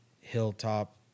hilltop